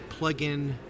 plugin